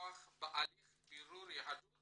לפתוח בהליך בירור יהדות